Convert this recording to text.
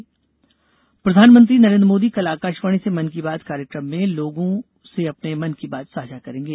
मन की बात प्रधानमंत्री नरेंद्र मोदी कल आकाशवाणी से मन की बात कार्यक्रम में लोगों से अपने मन की बात साझा करेंगे